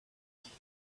kinda